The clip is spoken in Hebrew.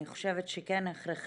אני חושבת שכן הכרחי.